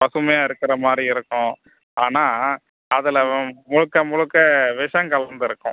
பசுமையாக இருக்குற மாதிரி இருக்கும் ஆனால் அதில் முழுக்க முழுக்க விஷம் கலந்துஇருக்கும்